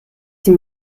die